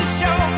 show